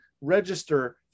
register